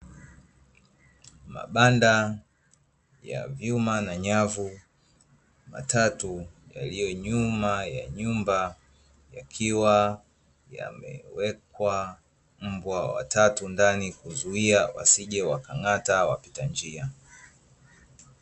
Mabanda ya vyuma na nyavu matatu yaliyo nyuma ya nyumba, yakiwa yamewekwa mbwa watatu ndani kuzuia wasije wakang'ata wapita njia